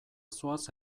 zoaz